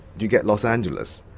you get los angeles,